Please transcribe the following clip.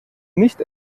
nicht